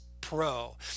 Pro